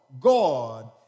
God